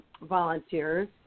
volunteers